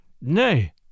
Nay